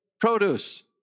produce